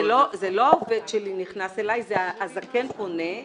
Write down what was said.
זה לא העובד שלי נכנס אליי, הזקן פונה.